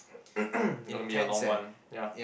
gonna be a long one ya